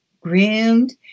groomed